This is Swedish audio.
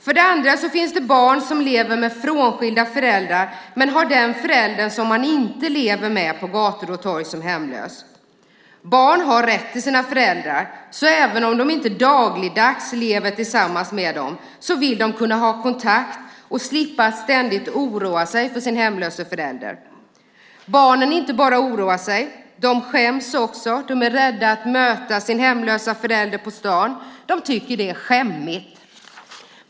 För det andra finns det barn som lever med frånskilda föräldrar men har den förälder som man inte lever med på gator och torg som hemlös. Barn har rätt till sina föräldrar, så även om de inte dagligdags lever tillsammans med dem vill de ha kontakt och slippa oroa sig ständigt för sin hemlösa förälder. Barnen inte bara oroar sig; de skäms också. De är rädda att möta sin hemlösa förälder på stan. De tycker det är skämmigt.